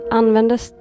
användes